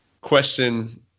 question